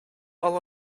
all